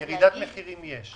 אבל ירידת מחירים יש.